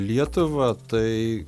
lietuvą tai